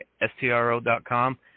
S-T-R-O.com